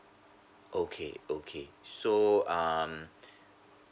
okay okay so um